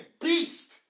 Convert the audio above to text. beast